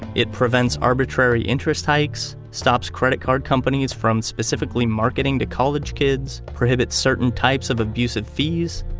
it prevents arbitrary interest hikes, stops credit card companies from specifically marketing to college kids, prohibits certain types of abusive fees,